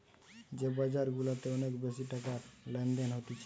যে বাজার গুলাতে অনেক বেশি টাকার লেনদেন হতিছে